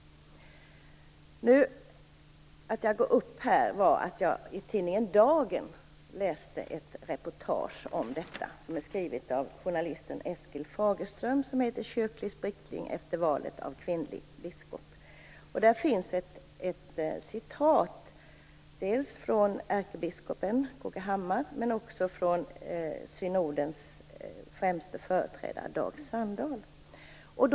Anledningen till att jag begärde ordet är att jag i tidningen Dagen läste ett reportage som är skrivet av journalisten Eskil Fagerström. Artikeln har rubriken Kyrklig splittring efter valet av kvinnlig biskop, och där citeras ärkebiskopen K.G. Hammar och också synodens främste företrädare Dag Sandahl.